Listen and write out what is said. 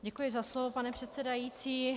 Děkuji za slovo, pane předsedající.